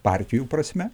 partijų prasme